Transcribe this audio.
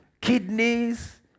kidneys